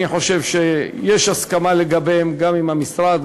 חושב שיש הסכמה לגביהם גם עם המשרד,